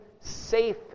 safe